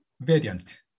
variant